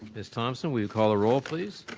ms thompson, would you call the roll please.